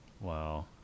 Wow